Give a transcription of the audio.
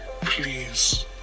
please